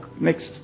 next